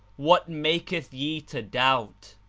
what maketh ye to doubt?